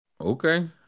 okay